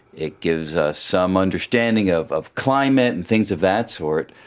it gives us some understanding of of climate and things of that sort.